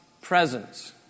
presence